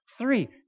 Three